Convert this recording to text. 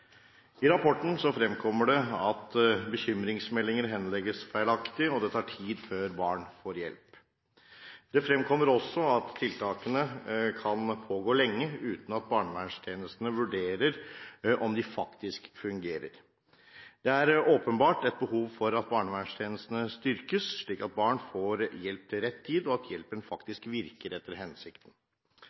I rapporten fremkommer det at bekymringsmeldinger henlegges feilaktig, og det tar tid før barn får hjelp. Det fremkommer også at tiltakene kan pågå lenge uten at barnevernstjenestene vurderer om de faktisk fungerer. Det er åpenbart et behov for at barnevernstjenestene styrkes, slik at barn får hjelp til rett tid, og at hjelpen faktisk virker etter hensikten.